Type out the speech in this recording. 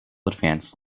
advance